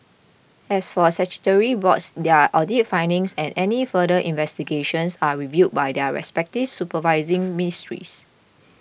as for statutory boards their audit findings and any further investigations are reviewed by their respective supervising ministries